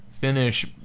finish